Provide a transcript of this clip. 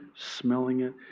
smelling it,